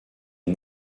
est